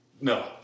No